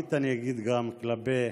בערבית אני אגיד גם: (אומר בערבית: